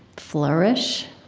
flourish,